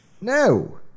No